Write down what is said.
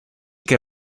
que